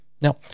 Now